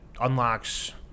unlocks